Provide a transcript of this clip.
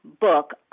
book